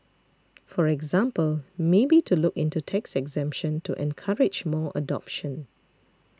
for example maybe to look into tax exemption to encourage more adoption